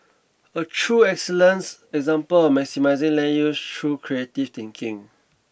a true excellence example of maximizing land use through creative thinking